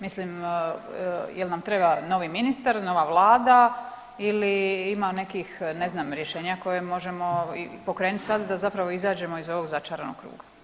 Mislim jel nam treba novi ministar, nova vlada ili ima nekih ne znam rješenja koje možemo pokrenut sad da zapravo izađemo iz ovog začaranog kruga?